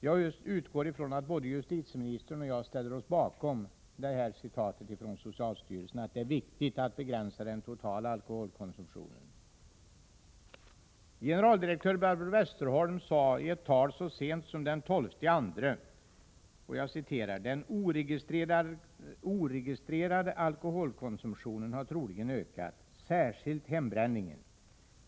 Jag utgår från att justitieministern liksom jag ställer sig bakom detta uttalande från socialstyrelsen — att det är viktigt att begränsa den totala alkoholkonsumtionen. Generaldirektör Barbro Westerholm sade i ett tal så sent som den 12 februari: ”Den oregistrerade alkoholkonsumtionen har troligen ökat, särskilt hembränningen.